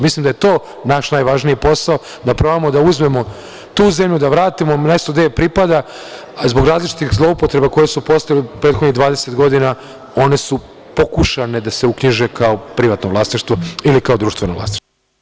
Mislim da je to naš najvažniji posao, da probamo da uzmemo tu zemlju i da vratimo na mesto gde pripada, a zbog različitih zloupotreba koje su postojale u prethodnih 20 godina one su pokušane da se uknjiže kao privatno vlasništvo ili kao društveno vlasništvo.